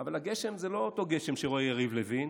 אבל הגשם זה לא אותו גשם שרואה יריב לוין.